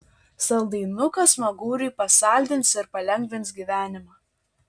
saldainukas smaguriui pasaldins ir palengvins gyvenimą